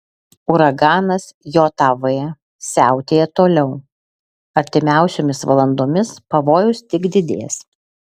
uraganas jav siautėja toliau artimiausiomis valandomis pavojus tik didės